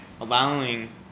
allowing